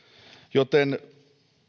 joten